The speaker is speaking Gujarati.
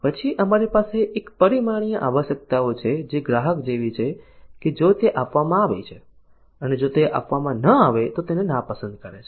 પછી અમારી પાસે એક પરિમાણીય આવશ્યકતાઓ છે જે ગ્રાહક જેવી છે કે જો તે આપવામાં આવે છે અને જો તે આપવામાં ન આવે તો તેને નાપસંદ કરે છે